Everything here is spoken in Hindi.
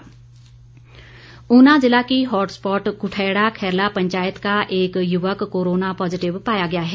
कोरोना पॉजेटिव ऊना ज़िला के हॉटस्पॉट कुठेड़ा खैरला पंचायत का एक युवक कोरोना पॉजेटिव पाया गया है